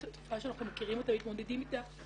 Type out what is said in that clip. תופעה שאנחנו מכירים אותה ומתמודדים איתה.